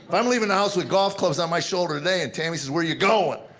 i'm leaving the house with golf clubs on my shoulder today and tammy says, where you going?